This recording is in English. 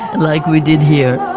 like we did here.